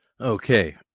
Okay